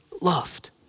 loved